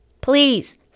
Please